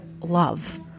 love